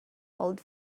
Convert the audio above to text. old